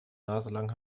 naselang